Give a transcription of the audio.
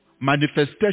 manifestation